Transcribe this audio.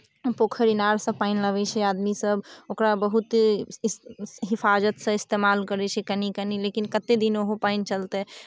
पोखरि इनारसँ पानि लबै छै आदमीसभ ओकरा बहुत हिफाजतसँ इस्तेमाल करै छै कनि कनि लेकिन कतेक दिन ओहो पानि चलतै